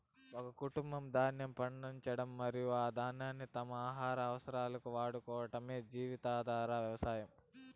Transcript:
ఒక కుటుంబం ధాన్యం పండించడం మరియు ఆ ధాన్యాన్ని తమ ఆహార అవసరాలకు వాడుకోవటమే జీవనాధార వ్యవసాయం